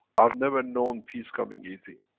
i've never know peace coming easy.